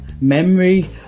memory